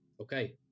Okay